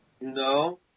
No